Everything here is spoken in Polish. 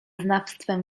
znawstwem